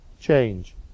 change